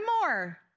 more